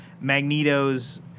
Magneto's